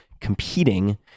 competing